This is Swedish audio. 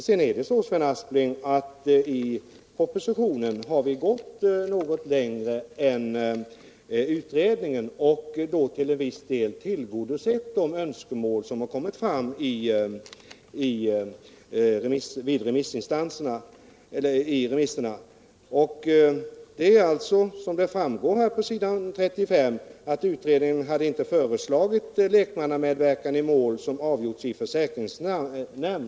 Sedan, Sven Aspling, har vi i propositionen gått något längre än utredningen och då till en viss del tillgodosett de önskemål som kommit fram i remissyttrandena. Som framgår på s. 35 i betänkandet har utredningen inte föreslagit lekmannamedverkan i mål som avgörs i försäkringsnämnd.